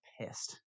pissed